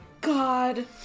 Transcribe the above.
god